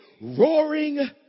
roaring